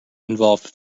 involving